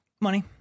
Money